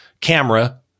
camera